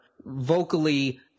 vocally